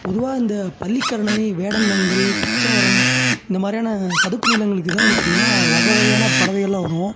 பொதுவாக இந்த பள்ளிக்கரணை வேடந்தாங்கல் பிச்சாவரம் இந்த மாதிரியான சதுப்பு நிலங்களுக்கு தான் வந்து பார்த்தீங்கன்னா வகை வகையான பறவைகளெலாம் வரும்